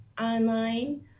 online